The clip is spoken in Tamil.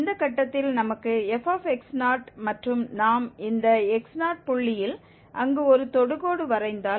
இந்த கட்டத்தில் நமக்கு f மற்றும் நாம் இந்த x0 புள்ளியில் அங்கு ஒரு தொடுகோடு வரைந்தால்